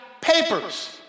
papers